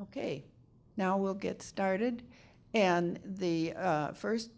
ok now we'll get started and the first